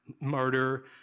murder